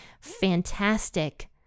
fantastic